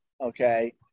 okay